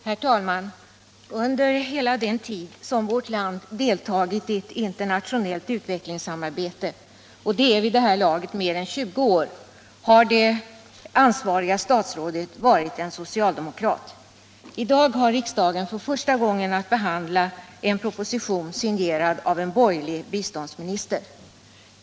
Herr talman! Under hela den tid som vårt land deltagit i ett internationellt utvecklingssamarbete, och det är vid det här laget mer än 20 år, har det ansvariga statsrådet varit en socialdemokrat. I dag har riksdagen att för första gången behandla en proposition, signerad av en borgerlig biståndsminister.